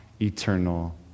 eternal